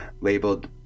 labeled